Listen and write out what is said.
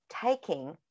taking